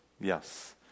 Yes